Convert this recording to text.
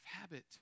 habit